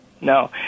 No